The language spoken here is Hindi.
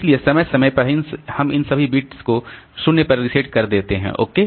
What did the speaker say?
इसलिए समय समय पर हम इन सभी बिट्स को 0 पर रीसेट कर देते हैं ओके